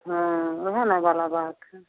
हाँ ओहेने गौरवला बात छै